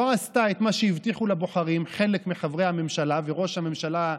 לא עשתה את מה שהבטיחו לבוחרים חלק מחברי הממשלה וראש הממשלה,